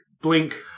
blink